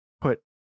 put